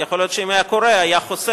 יכול להיות שאם היה קורה, היה חוסך